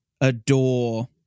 adore